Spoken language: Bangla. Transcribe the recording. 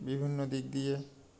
বিভিন্ন দিক দিয়ে